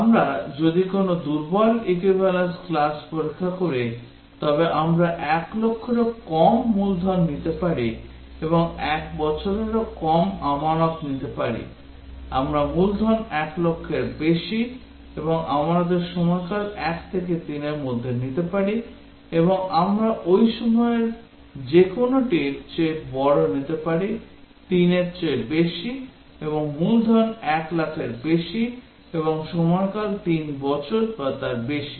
আমরা যদি কোনও দুর্বল equivalence class পরীক্ষা করি তবে আমরা 1 লক্ষেরও কম মূলধন নিতে পারি এবং 1 বছরেরও কম আমানত নিতে পারি আমরা মূলধন 1 লক্ষেরও বেশি এবং আমানতের সময়কাল 1 থেকে 3 এর মধ্যে নিতে পারি এবং আমরা এই সময়ের যে কোনওটির চেয়ে বড় নিতে পারি 3 এর চেয়ে বেশি এবং মূলধন 1 লাখের বেশি এবং সময়কাল 3 বছর বা তার বেশি